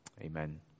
Amen